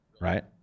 Right